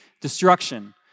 destruction